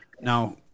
Now